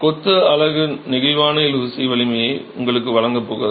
கொத்து அலகு நெகிழ்வான இழுவிசை வலிமையை உங்களுக்கு வழங்கப் போகிறது